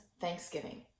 Thanksgiving